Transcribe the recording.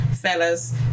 fellas